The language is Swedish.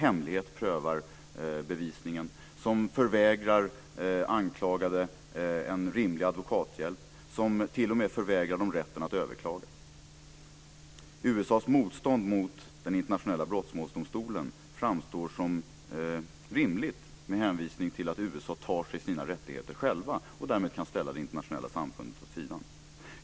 Det är domstolar som prövar bevisningen i hemlighet, som förvägrar anklagade en rimlig advokathjälp och som t.o.m. förvägrar dem rätten att överklaga. USA:s motstånd mot den internationella brottmålsdomstolen framstår som rimligt med hänvisning till att USA tar sig sina rättigheter självt och därmed kan ställa det internationella samfundet åt sidan.